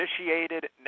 initiated